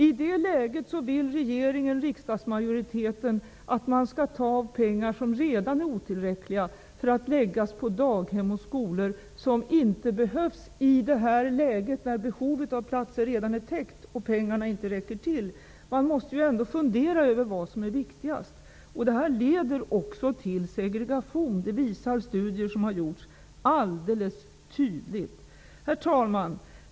I det läget vill regeringen, riksdagsmajoriteten, att man skall ta pengar som redan är otillräckliga, för att lägga på daghem och skolor som inte behövs. Behovet av platser är redan täckt och pengarna räcker inte till. Man måste ändå fundera över vad som är viktigast. Detta leder också till segregation. Det visar studier som har gjorts alldeles tydligt. Herr talman!